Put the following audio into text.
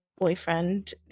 boyfriend